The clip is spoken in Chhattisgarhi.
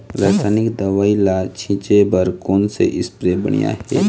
रासायनिक दवई ला छिचे बर कोन से स्प्रे बढ़िया हे?